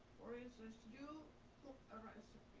for instance, you cook a recipe